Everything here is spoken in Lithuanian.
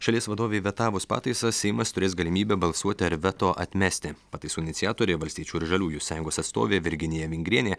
šalies vadovei vetavus pataisas seimas turės galimybę balsuoti ar veto atmesti pataisų iniciatorė valstiečių ir žaliųjų sąjungos atstovė virginija vingrienė